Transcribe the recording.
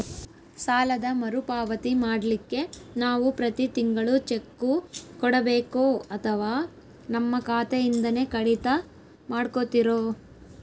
ಸಾಲದ ಮರುಪಾವತಿ ಮಾಡ್ಲಿಕ್ಕೆ ನಾವು ಪ್ರತಿ ತಿಂಗಳು ಚೆಕ್ಕು ಕೊಡಬೇಕೋ ಅಥವಾ ನಮ್ಮ ಖಾತೆಯಿಂದನೆ ಕಡಿತ ಮಾಡ್ಕೊತಿರೋ?